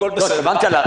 הכל בסדר.